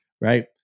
Right